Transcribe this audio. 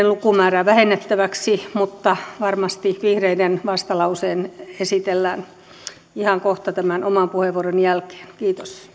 lukumäärää vähennettäväksi mutta varmasti vihreiden vastalause esitellään ihan kohta tämän oman puheenvuoroni jälkeen kiitos